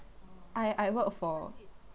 I I work for